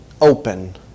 open